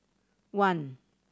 one